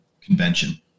convention